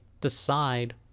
decide